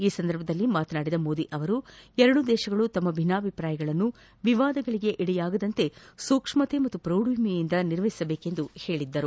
ಆ ಸಂದರ್ಭದಲ್ಲಿ ಮಾತನಾಡಿದ ಮೋದಿ ಅವರು ಎರಡೂ ದೇಶಗಳು ತಮ್ಮ ಭಿನ್ನಾಭಿಪ್ರಾಯಗಳನ್ನು ವಿವಾದಗಳಿಗೆ ಎಡೆಯಾಗದಂತೆ ಸೂಕ್ಷ್ಮತೆ ಮತ್ತು ಫ್ರೌಡಿಮೆಯಿಂದ ನಿರ್ವಹಿಸಬೇಕೆಂದು ಹೇಳಿದ್ದರು